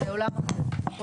זה עולם אחר.